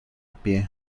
pie